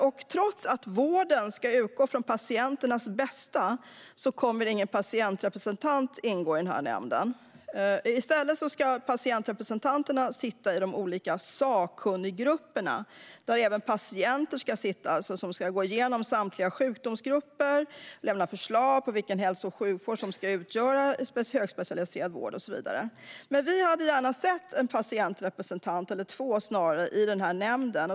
Men trots att vården ska utgå från patienternas bästa kommer ingen patientrepresentant att ingå i nämnden. I stället ska representanterna sitta med i de olika sakkunniggrupperna, där även patienter ska sitta med. Där ska man gå igenom samtliga sjukdomsgrupper, lämna förslag på vilken hälso och sjukvård som ska utföra högspecialiserad vård och så vidare. Vänstern hade gärna sett en eller snarare två patientrepresentanter i nämnden.